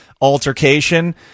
altercation